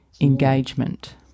engagement